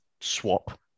swap